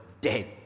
dead